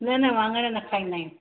न न वाङणु न खाईंदा आहियूं